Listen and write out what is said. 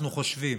אנחנו חושבים